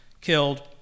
killed